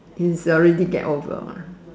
it's already get over